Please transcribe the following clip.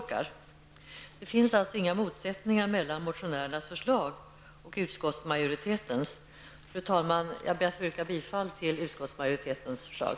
Det finns inga motsättningar mellan motionärernas förslag och utskottsmajoritetens. Fru talman! Jag ber att få yrka bifall till utskottsmajoritetens förslag.